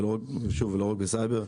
ולא רק בסייבר.